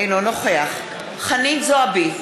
אינו נוכח חנין זועבי,